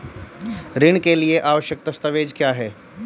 ऋण के लिए आवश्यक दस्तावेज क्या हैं?